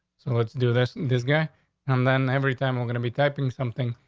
so let's do this. this guy and then every time we're gonna be typing something,